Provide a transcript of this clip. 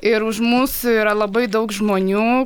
ir už mūsų yra labai daug žmonių